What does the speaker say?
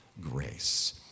grace